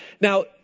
Now